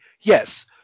Yes